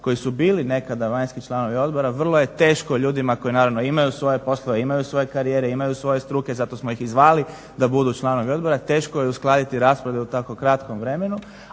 koji su bili nekada vanjski članovi odbora. Vrlo je teško ljudima koji naravno imaju svoje poslove, imaju svoje karijere, imaju svoje struke, zato smo ih i zvali da budu članovi odbora, teško je uskladiti rasporede u tako kratkom vremenu